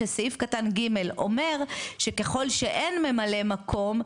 שסעיף קטן גימל אומר שככל שאין ממלא מקום,